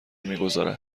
میگذارد